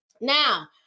Now